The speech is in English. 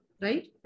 right